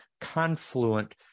confluent